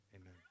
amen